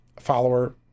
follower